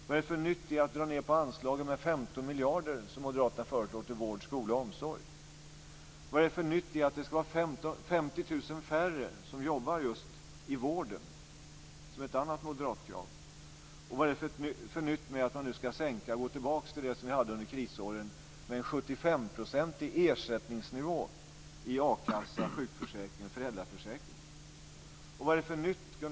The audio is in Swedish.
Vad är det för nytt i att dra ned anslagen till vård, skola och omsorg med 15 miljarder? Vad är det för nytt i att 50 000 färre ska jobba i vården? Det är ett annat moderatkrav. Vad är det för nytt i att gå tillbaka till en 75 procentig ersättningsnivå i a-kassa, sjukförsäkring och föräldraförsäkring, som vi hade under krisåren?